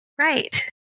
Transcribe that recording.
right